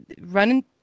running